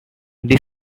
the